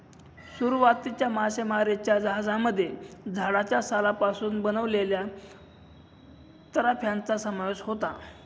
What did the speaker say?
सुरुवातीच्या मासेमारीच्या जहाजांमध्ये झाडाच्या सालापासून बनवलेल्या तराफ्यांचा समावेश होता